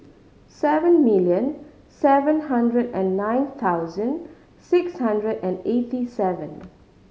seven million seven hundred and nine thousansd six hundred and eighty seven